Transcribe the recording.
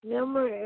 Number